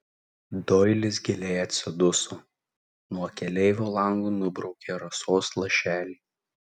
doilis giliai atsiduso nuo keleivio lango nubraukė rasos lašelį